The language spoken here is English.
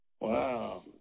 Wow